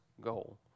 goal